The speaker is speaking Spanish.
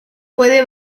puede